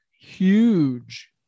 huge